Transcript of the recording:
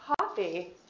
coffee